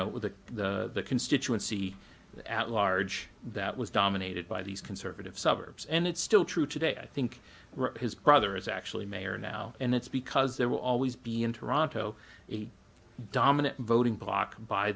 know the constituency at large that was dominated by these conservative suburbs and it's still true today i think his brother is actually mayor now and it's because there will always be in toronto a dominant voting block by